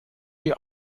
die